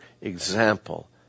example